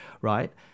right